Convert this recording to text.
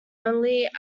only